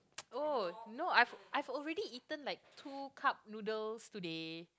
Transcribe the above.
oh no I've I've already eaten like two cup noodles today